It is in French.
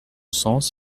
sens